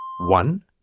One